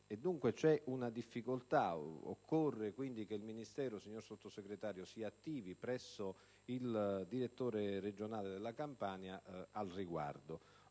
dunque, c'è una difficoltà. Occorre che il Ministero, signor Sottosegretario, si attivi presso il direttore regionale della Campania al riguardo.